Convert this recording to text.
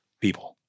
people